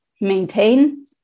maintain